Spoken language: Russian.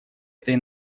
этой